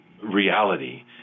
Reality